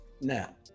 Now